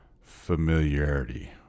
familiarity